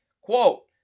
Quote